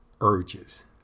urges